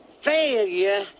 failure